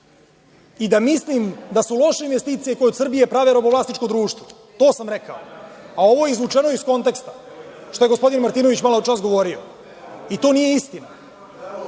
i da mislim da su loše investicije koje od Srbije prave robovlasničko društvo, to sam rekao, a ovo je izvučeno iz konteksta što je gospodin Martinović maločas govorio i to nije istina.